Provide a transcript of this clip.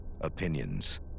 opinions